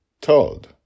told